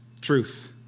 truth